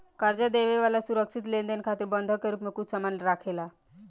कर्जा देवे वाला सुरक्षित लेनदेन खातिर बंधक के रूप में कुछ सामान राखेला